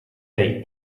date